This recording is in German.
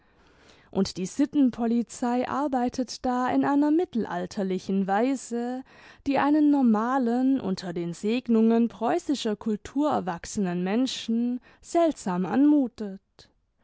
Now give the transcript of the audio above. und die sittenpolizei arbeitet da in einer mittelalterlichen weise die einen normalen unter den segnungen preußischer kultur erwachsenen menschen seltsam anmutet